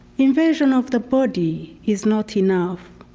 invasion of the body is not enough.